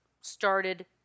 started